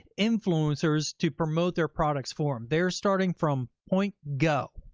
influencers to promote their products for them. they're starting from point go.